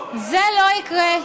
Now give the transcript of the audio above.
זה לא יקרה.